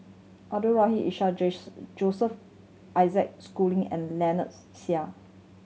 Abdul Rahim Ishak Joseph Isaac Schooling and Lynnette Seah